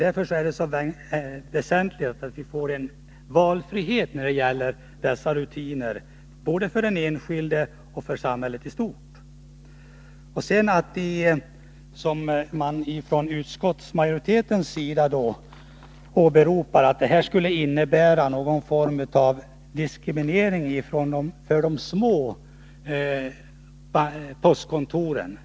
Därför är det så väsentligt att vi får valfrihet när det gäller dessa rutiner både för den enskilde och för .samhället i stort. Från utskottsmajoritetens sida åberopar man att det här skulle innebära någon form av diskriminering av de små postkontoren.